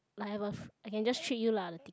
I have a~ I can just treat you lah the ticket